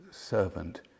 servant